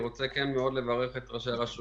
אני רוצה לברך מאוד את ראשי הרשויות